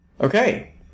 okay